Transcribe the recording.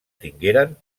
tingueren